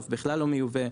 עוף בכלל לא מיובא,